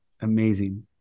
amazing